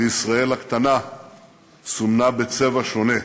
וישראל הקטנה סומנה בצבע שונה.